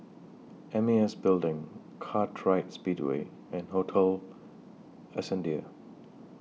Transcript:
M A S Building Kartright Speedway and Hotel Ascendere